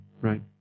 Right